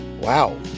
Wow